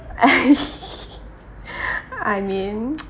I mean